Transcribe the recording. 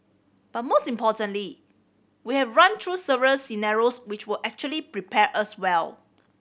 but most importantly we have run through several scenarios which will actually prepare us well